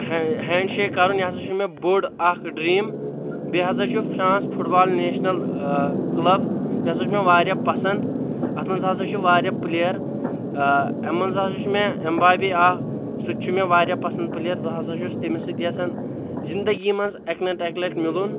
ہین handshake کرُن یہِ ہسا چھُ مےٚ بوٚڑ اکھ ڈریٖم بییٚہِ ہسا چھُ France football national club یہ ہسا چھُ مےٚ واریاہ پسنٛد اتھ منٛز ہسا چھِ واریاہ پٕلییر آ امہِ منٛز ہسا چھُ مےٚ ایٚمبابی اکھ سُہ تہِ چھُ مےٚ واریاہ پسنٛد پٕلییر بہ ہسا چھُس تٔمِس سۭتۍ یژھان زنٛدگی منٛز اکہ نتہٕ اکہِ لٹہِ مِلُن